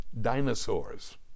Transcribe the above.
dinosaurs